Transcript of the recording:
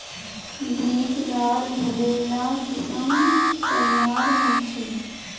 बीज लार भले ला किसम तैयार होछे